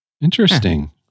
Interesting